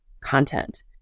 content